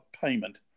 payment